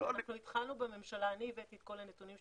כשאנחנו התחלנו בממשלה אני הבאתי את כל הנתונים,